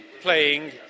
playing